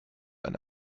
eine